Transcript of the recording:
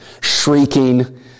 shrieking